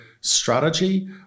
strategy